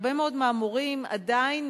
הרבה מאוד מהמורים עדיין,